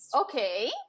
okay